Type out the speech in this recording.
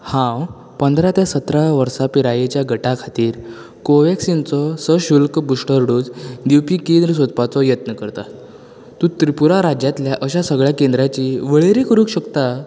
हांव पंदरा ते सतरा वर्सांच्या पिरायेच्या गटा खातीर कोव्हॅक्सिनचो सशुल्क बुस्टर डोस दिवपी केंद्र सोदपाचो यत्न करता तूं त्रिपुरा राज्यातल्या अशा सगळ्या केंद्राची वळेरी करूक शकता